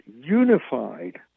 unified